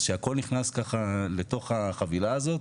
אז שהכול נכנס לתוך החבילה הזאת.